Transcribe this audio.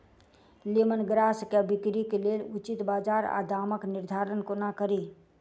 Lemon grass केँ बिक्रीक लेल उचित बजार आ दामक निर्धारण कोना कड़ी?